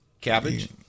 cabbage